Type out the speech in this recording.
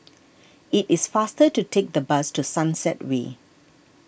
it is faster to take the bus to Sunset Way